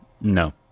No